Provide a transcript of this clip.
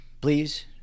please